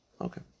Okay